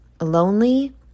lonely